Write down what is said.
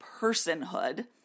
personhood